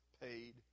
paid